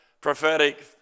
prophetic